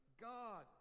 God